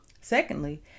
Secondly